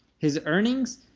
his earnings,